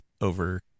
over